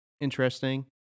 interesting